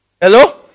hello